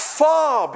far